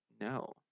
No